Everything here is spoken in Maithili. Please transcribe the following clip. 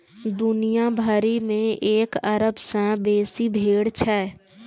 दुनिया भरि मे एक अरब सं बेसी भेड़ छै